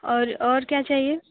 और और क्या चाहिए